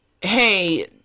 hey